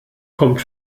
kommt